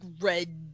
red